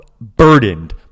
burdened